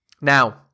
Now